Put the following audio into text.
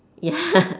ya